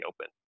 open